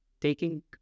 taking